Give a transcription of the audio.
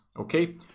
okay